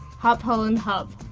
ah up, holland, up.